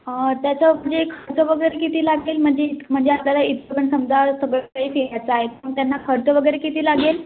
हां त्याचं म्हणजे खर्च वगैरे किती लागेल म्हणजे इतकं म्हणजे आता इतकं पण समजा सगळं काही फिरायचा आहेत पण त्यांना खर्च वगैरे किती लागेल